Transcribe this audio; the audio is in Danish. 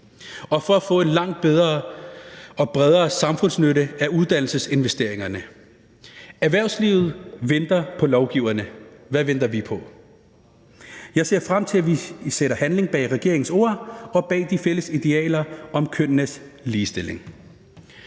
og for at få en langt bedre og bredere samfundsnytte af uddannelsesinvesteringerne. Erhvervslivet venter på lovgiverne, hvad venter vi på? Jeg ser frem til, at vi sætter handling bag regeringens ord og bag de fælles idealer om kønnenes ligestilling.